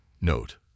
Note